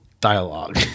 dialogue